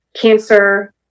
cancer